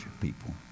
people